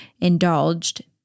indulged